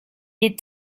est